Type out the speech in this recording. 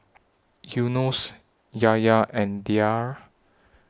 Yunos Yahya and Dhia